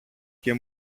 και